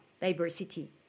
diversity